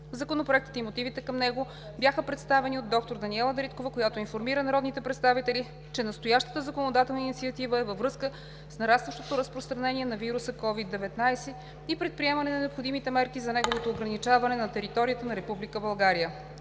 Законопроектът и мотивите към него бяха представени от доктор Даниела Дариткова, която информира народните представители, че настоящата законодателна инициатива е във връзка с нарастващото разпространение на вируса COVID-19 и предприемане на необходимите мерки за неговото ограничаване на територията на Република